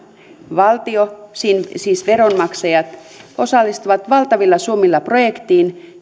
valtio siis veronmaksajat osallistuu valtavilla summilla projektiin